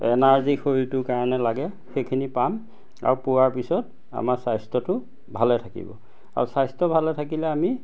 energy শৰীৰটোৰ কাৰণে লাগে সেইখিনি পাম আৰু পোৱাৰ পিছত আমাৰ স্বাস্থ্যটো ভালে থাকিব আৰু স্বাস্থ্য ভালে থাকিলে আমি